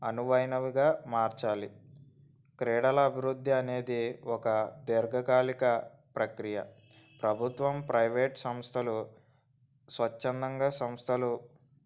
అనువైనవిగా మార్చాలి క్రీడల అభివృద్ధి అనేది ఒక దీర్ఘకాళిక ప్రక్రియ ప్రభుత్వం ప్రైవేట్ సంస్థలు స్వచ్ఛందంగా సంస్థలు